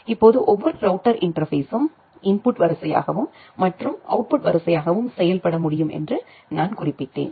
இப்போது ஒவ்வொரு ரௌட்டர் இன்டர்பேஸ்ஸும் இன்புட் வரிசையாகவும் மற்றும் அவுட்புட் வரிசையாகவும் செயல்பட முடியும் என்று நான் குறிப்பிட்டேன்